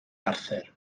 arthur